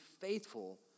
faithful